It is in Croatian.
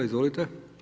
Izvolite.